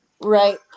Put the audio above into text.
right